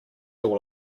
all